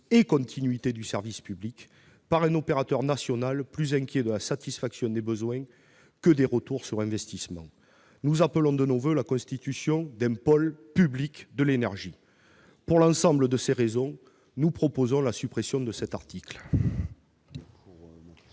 et continuité du service public, l'intervention d'un opérateur national plus soucieux de la satisfaction des besoins que de l'obtention d'un retour sur investissement. Nous appelons de nos voeux la constitution d'un pôle public de l'énergie. Pour l'ensemble de ces raisons, nous proposons la suppression de cet article.